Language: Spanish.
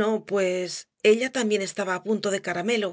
no pues ella también estaba en punto de caramelo